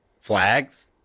Flags